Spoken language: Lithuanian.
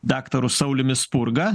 daktaru sauliumi spurga